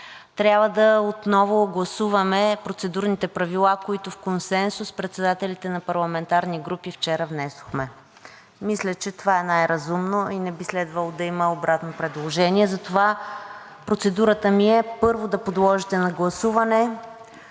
Трябва отново да гласуваме процедурните правила, които в консенсус председателите на парламентарните групи вчера внесохме. Мисля, че това е най-разумно и не би следвало да има обратно предложение. Затова процедурата ми е първо да подложите на гласуване